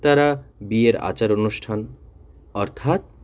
তারা বিয়ের আচার অনুষ্ঠান অর্থাৎ